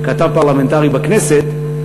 כתב פרלמנטרי בכנסת,